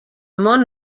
món